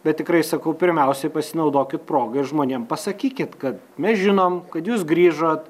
bet tikrai sakau pirmiausiai pasinaudokit proga ir žmonėm pasakykit kad mes žinom kad jūs grįžot